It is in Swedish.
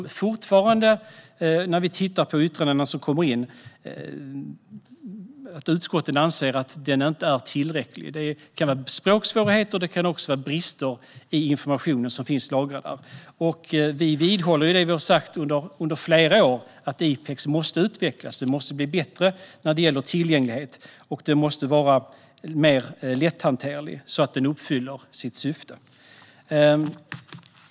Efter att ha tittat på de yttranden som kommer in anser utskottet att den fortfarande inte är tillräckligt bra. Det handlar om språksvårigheter och brister i informationen som finns lagrad där. Vi vidhåller det vi har sagt under flera år: IPEX måste utvecklas och bli bättre vad gäller tillgänglighet, och den måste vara mer lätthanterlig så att den uppfyller sitt syfte.